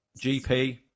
GP